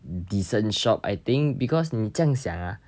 decent shop I think because 你这样想 ah